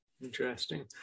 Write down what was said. Interesting